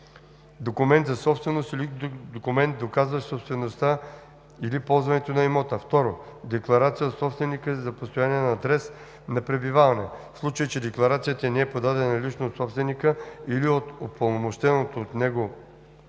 документ за собственост или друг документ, доказващ собствеността или ползването на имота; 2. декларация от собственика за предоставен адрес на пребиваване; в случай че декларацията не е подадена лично от собственика или от упълномощено от него лице,